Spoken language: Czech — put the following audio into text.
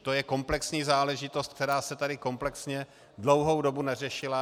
To je komplexní záležitost, která se tady komplexně dlouhou dobu neřešila.